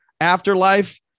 Afterlife